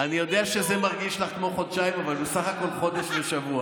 אני יודע שזה מרגיש לך כמו חודשיים אבל זה בסך הכול חודש ושבוע.